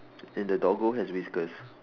and the doggo has whiskers